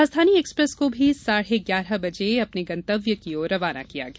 राजधानी एक्सप्रेस को भी साढ़े ग्यारह बजे अपने गंतव्य की ओर रवाना किया गया